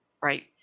right